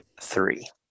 three